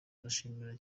ndashimira